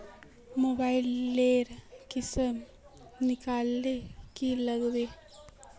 Mobile लेर किसम निकलाले की लागबे?